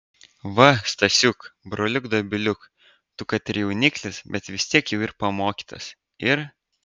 va stasiuk broliuk dobiliuk tu kad ir jauniklis bet vis tiek jau ir pamokytas ir